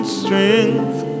strength